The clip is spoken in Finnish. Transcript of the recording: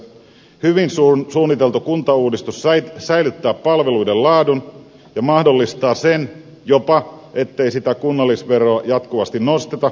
hyvin suunniteltu kuntauudistus säilyttää palveluiden laadun ja mahdollistaa jopa sen ettei sitä kunnallisveroa jatkuvasti nosteta